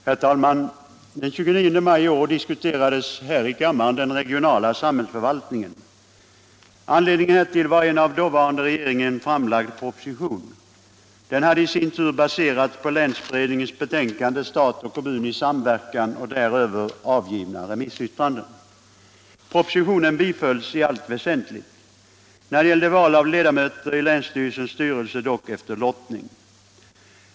Herr talman! Den 29 maj i år diskuterades här i kammaren den regionala samhällsförvaltningen. Anledningen därtill var en av den dåvarande regeringen framlagd proposition. Den hade i sin tur baserats på länsberedningens betänkande Stat och kommun i samverkan och däröver avgivna remissyttranden. Propositionen bifölls i allt väsentligt, när det gällde val av ledamöter i styrelsen dock efter lottning.